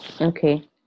Okay